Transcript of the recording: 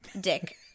Dick